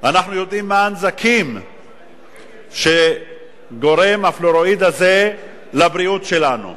אנחנו יודעים מה הנזקים שגורם הפלואוריד הזה לבריאות שלנו.